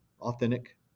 authentic